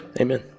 amen